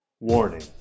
Warning